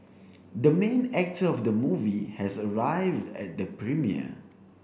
the main actor of the movie has arrived at the premiere